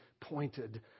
pointed